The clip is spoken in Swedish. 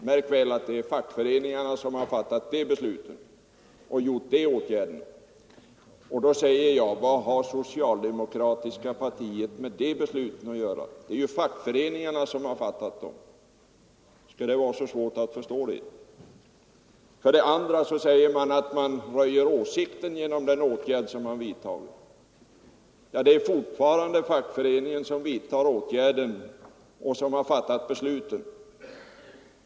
Märk väl att det är fackföreningarna som har fattat besluten — vad har socialdemokratiska partiet med de besluten att göra? Skall det vara så svårt att förstå detta? Vidare sägs det att kollektivanslutningen innebär att man måste avslöja sin politiska åsikt.